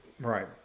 Right